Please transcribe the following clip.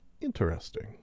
interesting